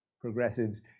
progressives